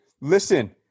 listen